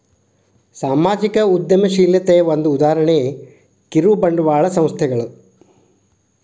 ಸಾಮಾಜಿಕ ಉದ್ಯಮಶೇಲತೆಯ ಒಂದ ಉದಾಹರಣೆ ಕಿರುಬಂಡವಾಳ ಸಂಸ್ಥೆಗಳು